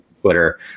Twitter